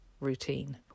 routine